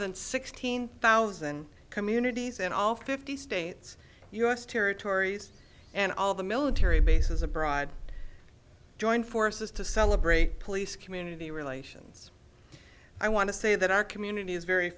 than sixteen thousand communities in all fifty states u s territories and all the military bases abroad joined forces to celebrate police community relations i want to say that our community is very